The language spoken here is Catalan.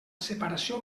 separació